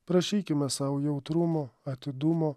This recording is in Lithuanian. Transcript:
prašykime sau jautrumo atidumo